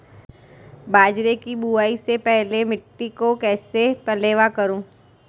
बाजरे की बुआई से पहले मिट्टी को कैसे पलेवा करूं?